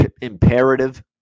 imperative